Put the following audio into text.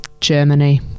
Germany